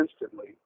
instantly